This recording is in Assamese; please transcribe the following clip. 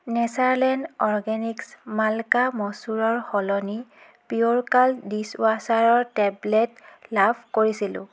নেচাৰলেণ্ড অৰগেনিক্ছ মাল্কা মচুৰৰ সলনি পিয়'ৰ কাল্ট ডিচৱাশ্বাৰৰ টেবলেট লাভ কৰিছিলোঁ